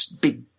big